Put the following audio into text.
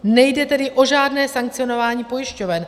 Nejde tedy o žádné sankcionování pojišťoven.